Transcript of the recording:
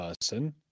person